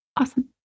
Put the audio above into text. Awesome